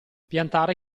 piantare